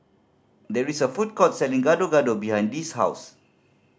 there is a food court selling Gado Gado behind Dee's house